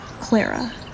Clara